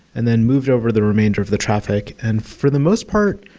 and then moved over the remainder of the traffic. and for the most part,